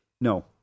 no